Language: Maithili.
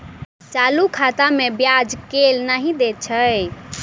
चालू खाता मे ब्याज केल नहि दैत अछि